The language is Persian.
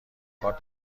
کارت